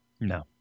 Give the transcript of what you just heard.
No